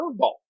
curveball